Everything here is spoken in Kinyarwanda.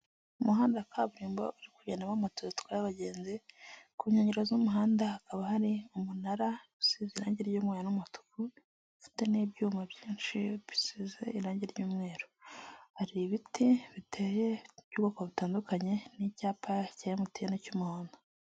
Umuhanda wa kaburimbo uri kugendamo moto zitwaye abagenzi, ku nkengero z'umuhanda hakaba hari umunara usize irange ry'umuriro n'umutuku, ufite n'ibyuma byinshi bisize irange ry'umweru. Hari ibiti biteye by'ubwoko butandukanye, n'icyapa cya MTN cy'umuhondo.